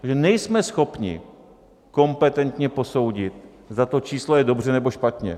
Že nejsme schopni kompetentně posoudit, zda to číslo je dobře, nebo špatně.